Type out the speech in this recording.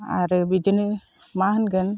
आरो बिदिनो मा होनगोन